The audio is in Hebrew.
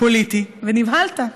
פוליטי ונבהלת.